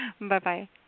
Bye-bye